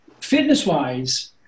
fitness-wise